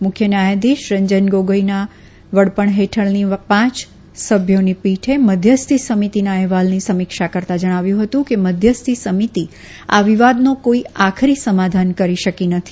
મુખ્ય ન્યાયાધીશ રંજન ગોગોઈના વડપણ હેઠળની પાંચ સભ્યોની પીઠે મધ્યસ્થી સમિતિના અહેવાલની સમીક્ષા કરતા જણાવ્યું હતું કે મધ્યસ્થી સમિતિ આ વિવાદનો કોઈ આખરી સમાધાન કરી શકી નથી